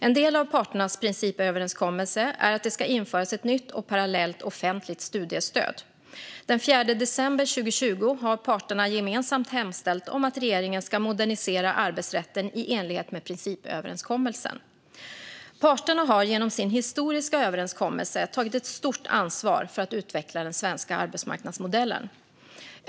En del av parternas principöverenskommelse är att det ska införas ett nytt och parallellt offentligt studiestöd. Den 4 december 2020 har parterna gemensamt hemställt om att regeringen ska modernisera arbetsrätten i enlighet med principöverenskommelsen. Parterna har genom sin historiska överenskommelse tagit ett stort ansvar för att utveckla den svenska arbetsmarknadsmodellen.